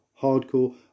hardcore